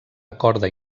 acorda